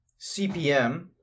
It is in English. CPM